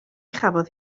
chafodd